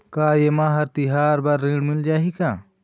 का ये मा हर तिहार बर ऋण मिल जाही का?